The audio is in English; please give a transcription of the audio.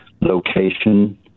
location